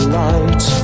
light